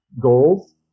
goals